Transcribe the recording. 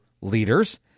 leaders